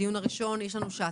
לפנינו שני